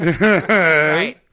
Right